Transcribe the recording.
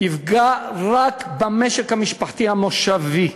יפגע רק במשק המשפחתי המושבי.